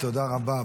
תודה רבה.